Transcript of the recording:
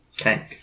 Okay